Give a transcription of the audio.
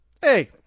hey